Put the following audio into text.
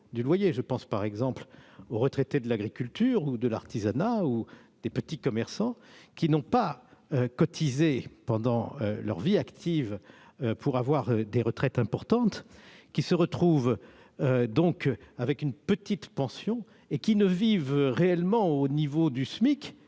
Je pense par exemple aux retraités de l'agriculture, de l'artisanat ou du petit commerce qui n'ont pas cotisé pendant leur vie active pour toucher des retraites importantes ; ils se retrouvent avec une petite pension et ne vivront réellement au niveau du SMIC